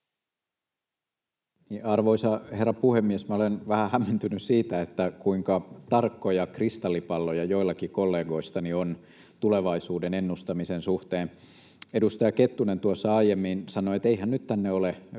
Arvoisa herra puhemies! Minä olen vähän hämmentynyt siitä, kuinka tarkkoja kristallipalloja tulevaisuuden ennustamisen suhteen on joillakin kollegoistani. Edustaja Kettunen tuossa aiemmin sanoi, että eihän tänne nyt